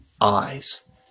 eyes